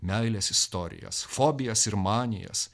meilės istorijas fobijas ir manijas